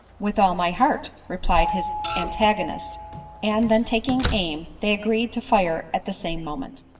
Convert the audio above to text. with all my heart, replied his antagonist and then taking aim they agreed to fire at the same moment.